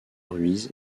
ruiz